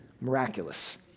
miraculous